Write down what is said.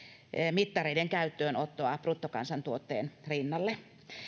mittareiden käyttöönottoa bruttokansantuotteen rinnalle